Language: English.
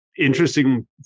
interesting